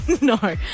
No